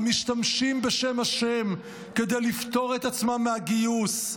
המשתמשים בשם ה' כדי לפתור את עצמם מהגיוס,